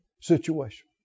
situation